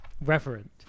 reverent